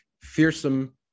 fearsome